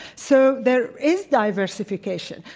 so there is diversification.